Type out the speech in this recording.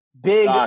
Big